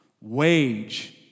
wage